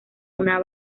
una